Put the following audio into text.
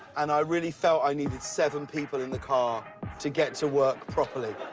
and i really felt i needed seven people in the car to get to work properly.